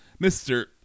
Mr